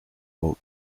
bolt